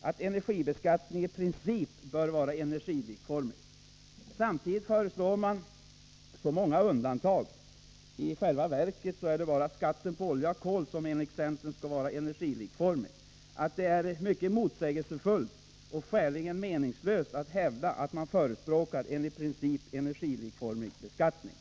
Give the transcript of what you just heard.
att energibeskattningen i princip bör vara energilikformig. Samtidigt föreslår man så många undantag — i själva verket är det bara skatten på olja och kol som enligt centern skall vara energilikformig — att det är mycket motsägelsefullt och skäligen meningslöst att hävda att man förespråkar en i princip energilikformig beskattning.